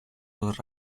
dos